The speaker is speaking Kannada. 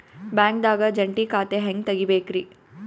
ಬ್ಯಾಂಕ್ದಾಗ ಜಂಟಿ ಖಾತೆ ಹೆಂಗ್ ತಗಿಬೇಕ್ರಿ?